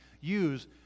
use